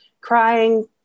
crying